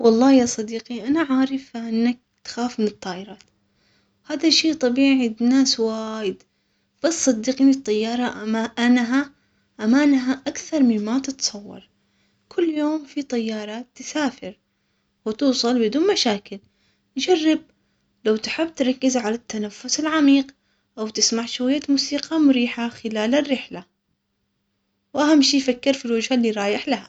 والله يا صديقي انا عارفة انك تخاف من الطائرات. هذا شي طبيعي بناس وايد. بس صدقيني الطيارة امانها اكثر مما تتصور كل يوم في طيارات تسافر وتوصل بدون مشاكل جرب تركز على التنفس العميق او تسمع شوية موسيقى مريحة خلال الرحلة واهم شي فكر في الوجهة اللي رايح لها